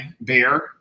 bear